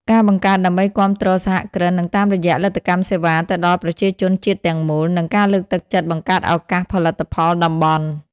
ការបង្កើតដើម្បីគាំទ្រសហគ្រិននិងតាមរយៈលទ្ធកម្មសេវាទៅដល់ប្រជាជនជាតិទាំងមូល និងការលើកទឹកចិត្តបង្កើតឱកាសផលិតផលតំបន់។